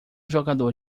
jogador